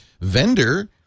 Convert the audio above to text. vendor